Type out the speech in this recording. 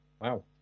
Wow